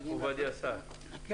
מכובדי השר, בבקשה.